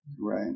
Right